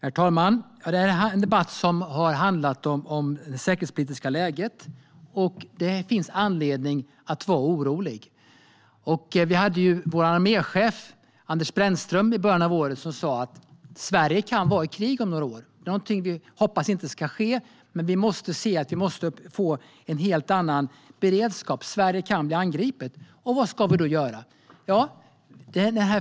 Herr talman! Detta är en debatt som har handlat om det säkerhetspolitiska läget, och det finns anledning att vara orolig. Vår arméchef, Anders Brännström, sa i början av året att Sverige kan vara i krig om några år. Det är någonting som vi hoppas inte ska ske, men vi måste få en helt annan beredskap. Sverige kan bli angripet. Vad ska vi då göra?